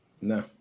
No